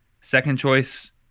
second-choice